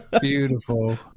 Beautiful